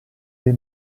dei